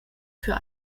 für